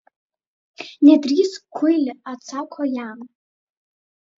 nedrįsk kuily atsako jam